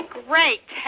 great